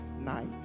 night